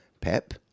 Pep